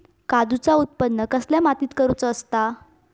काजूचा उत्त्पन कसल्या मातीत करुचा असता?